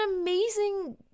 amazing